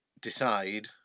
decide